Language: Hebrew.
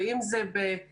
אם זה בהסמכות,